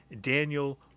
daniel